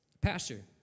Pastor